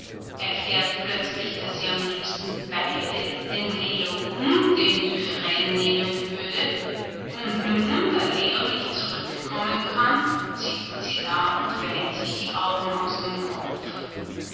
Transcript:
erklärt plötzlich daß sie am liebsten beide den leo und den dufresne nehmen würde und nun da leo nicht zurückkommen kann sitzt sie da und weint sich die augen aus dem kopf